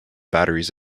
batteries